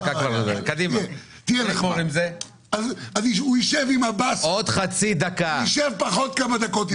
אז הוא ישב עם עבאס פחות כמה דקות.